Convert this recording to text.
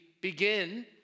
begin